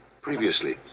Previously